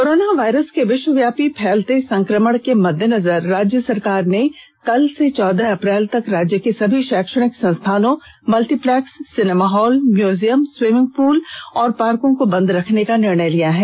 corona virus के विष्वव्यापी फैलते संक्रमण के मददेनजर राज्य सरकार ने कल से चौदह अप्रैल तक राज्य के सभी शैक्षणिक संस्थानों multiplex cinema hall museum swimming pool और पार्को को बंद रखने का निर्णय लिया है